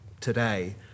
today